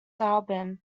album